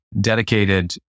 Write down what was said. dedicated